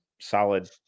solid